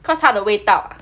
cause 它的味道